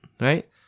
right